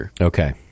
Okay